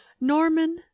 Norman